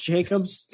Jacobs